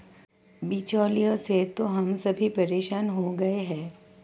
बिचौलियों से तो हम सभी परेशान हो गए हैं